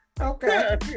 Okay